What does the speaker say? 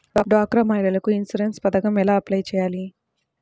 డ్వాక్రా మహిళలకు ఇన్సూరెన్స్ పథకం ఎలా అప్లై చెయ్యాలి?